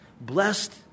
Blessed